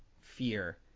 fear